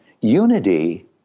Unity